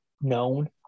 known